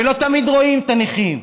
ולא תמיד רואים את הנכים,